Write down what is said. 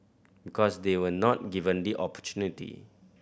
because they were not given the opportunity